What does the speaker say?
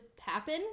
happen